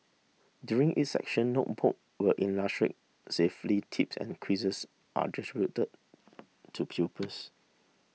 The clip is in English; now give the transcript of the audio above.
during each session notebook with illustrated safely tips and quizzes are distributed to pupils